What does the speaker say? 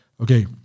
Okay